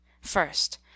first